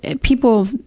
people